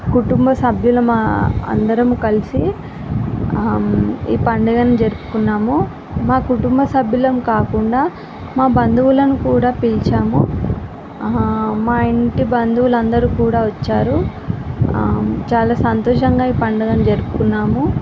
కుటుంబ సభ్యులం అందరం కలిసి ఈ పండుగను జరుపుకున్నాము మా కుటుంబ సభ్యులం కాకుండా మా బంధువులను కూడా పిలిచాము మా ఇంటి బంధువులు అందరూ కూడా వచ్చారు చాలా సంతోషంగా ఈ పండగను జరుపుకున్నాము